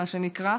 מה שנקרא,